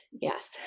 yes